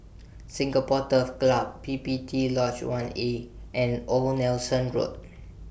Singapore Turf Club P P T Lodge one A and Old Nelson Road